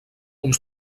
uns